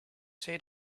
say